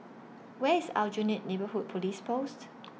Where IS Aljunied Neighbourhood Police Post